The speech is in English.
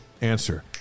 answer